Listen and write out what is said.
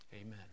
Amen